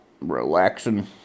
relaxing